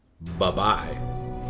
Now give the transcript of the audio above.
Bye-bye